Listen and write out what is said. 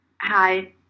Hi